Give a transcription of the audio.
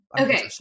Okay